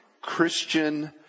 Christian